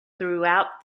throughout